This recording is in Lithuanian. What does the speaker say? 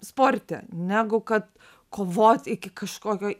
sporte negu kad kovot iki kažkokio